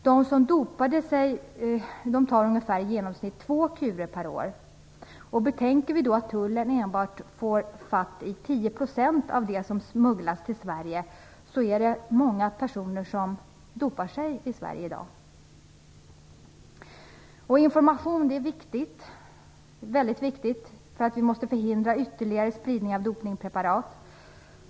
De som dopar sig tar i genomsnitt två kurer per år. Betänker vi då att Tullen enbart får fatt i 10 % av det som smugglas till Sverige, så förstår man att det är många personer som dopar sig i Sverige i dag. Det är viktigt med information för att förhindra ytterligare spridning av dopningspreparat.